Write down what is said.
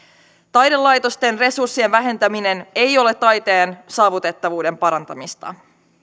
taidelaitosten resurssien vähentäminen ei ole taiteen saavutettavuuden parantamista